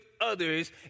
others